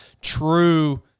true